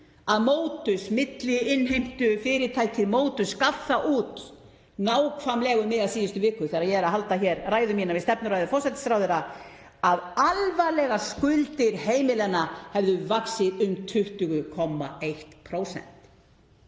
því, milliinnheimtufyrirtækið Motus gaf það út nákvæmlega um miðja síðustu viku, þegar ég er að halda hér ræðu mína við stefnuræðu forsætisráðherra, að alvarlegar skuldir heimilanna hefðu vaxið um 20,1%.